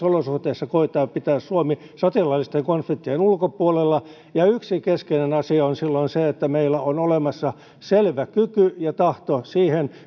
olosuhteissa koettaa pitää suomi sotilaallisten konfliktien ulkopuolella yksi keskeinen asia on silloin se että meillä on olemassa selvä kyky ja tahto siihen